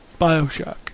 Bioshock